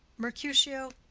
mercutio,